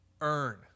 earn